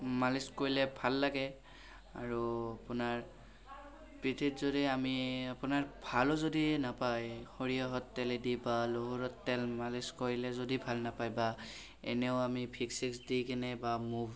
মালিচ কৰিলে ভাল লাগে আৰু আপোনাৰ পিঠিত যদি আমি আপোনাৰ ভালো যদি নাপায় সৰিয়হৰ তেলেদি বা নহৰুত তেল মালিচ কৰিলে যদি ভাল নাপায় বা এনেও আমি ভিক্স চিক্স দি কেনে বা মুভ